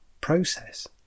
process